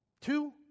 Two